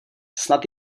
snad